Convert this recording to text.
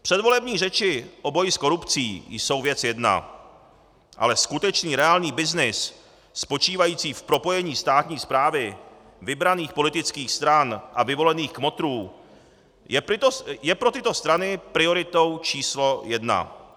Předvolební řeči o boji s korupcí jsou věc jedna, ale skutečný, reálný byznys spočívající v propojení státní správy vybraných politických stran a vyvolených kmotrů je pro tyto strany prioritou číslo jedna.